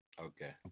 Okay